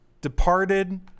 Departed